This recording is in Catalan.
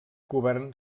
govern